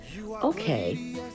Okay